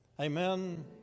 amen